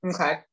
Okay